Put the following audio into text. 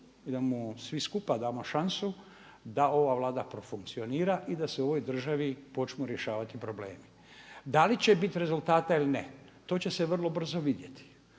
da mu svi skupa damo šansu da ova Vlada profunkcionira i da se u ovoj državi počnu rješavati problemi. Da li će biti rezultata ili ne to će se vrlo brzo vidjeti.